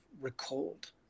recalled